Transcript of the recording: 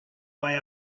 way